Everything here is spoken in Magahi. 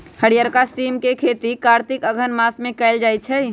हरियरका सिम के खेती कार्तिक अगहन मास में कएल जाइ छइ